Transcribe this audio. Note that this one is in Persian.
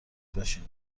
باشین